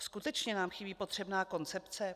Skutečně nám chybí potřebná koncepce?